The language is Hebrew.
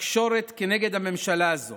בתקשורת כנגד הממשלה הזאת